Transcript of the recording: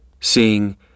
seeing